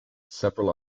several